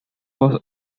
was